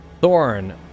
Thorn